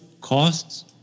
costs